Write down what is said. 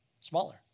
smaller